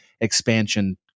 expansion